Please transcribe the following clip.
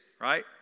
right